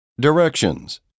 Directions